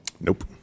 nope